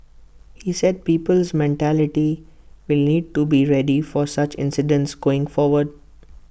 he said people's mentality will need to be ready for such incidents going forward